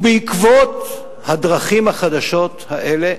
ובעקבות הדרכים החדשות האלה